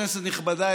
כנסת נכבדה,